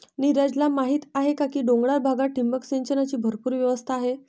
नीरजला माहीत आहे की डोंगराळ भागात ठिबक सिंचनाची भरपूर व्यवस्था आहे